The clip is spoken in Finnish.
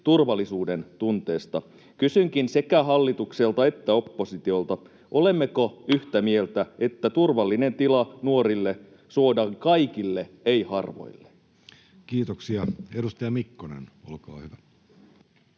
turvallisuudentunteesta. Kysynkin sekä hallitukselta että oppositiolta: olemmeko yhtä mieltä, että turvallinen tila suodaan kaikille nuorille, ei harvoille? Kiitoksia. — Edustaja Mikkonen, olkaa hyvä.